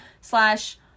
slash